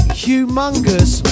humongous